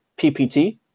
PPT